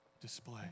display